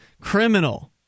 criminal